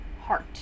heart